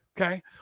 Okay